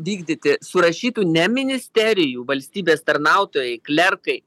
vykdyti surašytų ne ministerijų valstybės tarnautojai klerkai